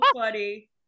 funny